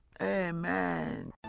Amen